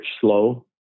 slow